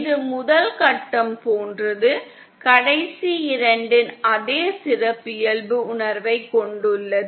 இது முதல் கட்டம் போன்றது கடைசி இரண்டின் அதே சிறப்பியல்பு உணர்வைக் கொண்டுள்ளது